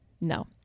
No